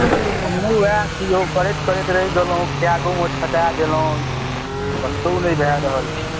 अच्छा हमहूँ ओएह छी यौ करैत करैत रहि गेलहुँ कएगोमे छटाए गेलहुँ कतहुँ नहि भए रहल छै